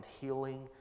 healing